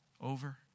over